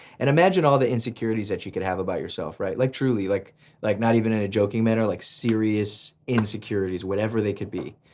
and imagine all the insecurities that you can have about yourself, right? like truly, like like not even in a joking manner, like serious serious insecurities, whatever they could be.